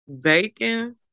Bacon